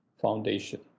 Foundation